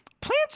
plants